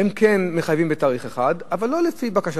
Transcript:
הן כן מחייבות בתאריך אחד, אבל לא לפי בקשתך.